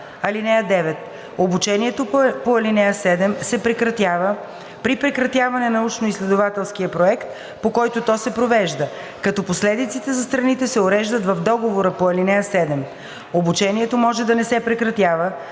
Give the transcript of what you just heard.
(9) Обучението по ал. 7 се прекратява при прекратяване на научноизследователския проект, по който то се провежда, като последиците за страните се уреждат в договора по ал. 7. Обучението може да не се прекратява,